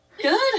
Good